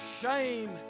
shame